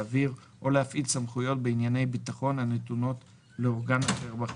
להעביר או להפעיל סמכויות בענייני ביטחון הנתונות לאורגן אחר בחברה,